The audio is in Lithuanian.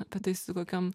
apie tai su kokiom